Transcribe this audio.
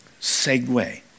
segue